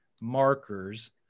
markers